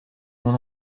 mon